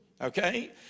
okay